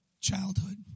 childhood